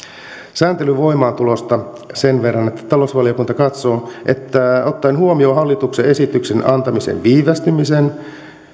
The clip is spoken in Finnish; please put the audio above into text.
sääntelyn voimaantulosta sen verran että talousvaliokunta katsoo että ottaen huomioon hallituksen esityksen antamisen viivästymisen